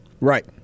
Right